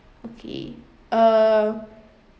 okay err